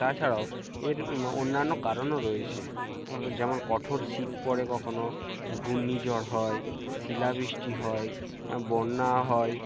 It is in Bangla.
তাছাড়াও এর অন্যান্য কারণও রয়েছে যেমন কঠোর শীত পড়ে কখনও ঘূর্ণি ঝড় হয় শিলা বৃষ্টি হয় বন্যা হয়